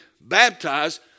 baptized